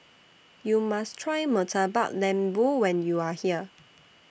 YOU must Try Murtabak Lembu when YOU Are here